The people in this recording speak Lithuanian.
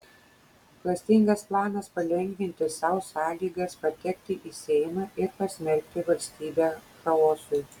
klastingas planas palengvinti sau sąlygas patekti į seimą ir pasmerkti valstybę chaosui